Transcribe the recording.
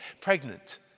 pregnant